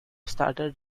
started